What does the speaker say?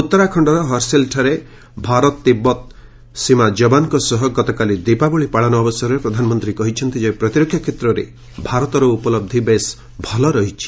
ଉତ୍ତରାଖଣ୍ଡର ହର୍ସିଲ୍ଠାରେ ଭାରତ ତିବ୍ଦତ ସୀମା ଯବାନଙ୍କ ସହ ଗତକାଲି ଦୀପାବଳି ପାଳନ ଅବସରରେ ପ୍ରଧାନମନ୍ତ୍ରୀ କହିଛନ୍ତି ଯେ ପ୍ରତିରକ୍ଷା କ୍ଷେତ୍ରରେ ଭାରତର ଉପଲବ୍ଧ ବେଶ୍ ଭଲ ରହିଛି